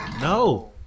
No